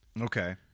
Okay